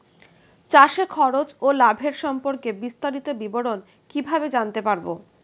চাষে খরচ ও লাভের সম্পর্কে বিস্তারিত বিবরণ কিভাবে জানতে পারব?